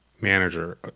manager